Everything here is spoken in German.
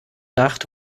nacht